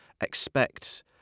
expect